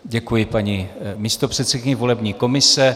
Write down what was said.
Děkuji paní místopředsedkyni volební komise.